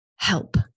help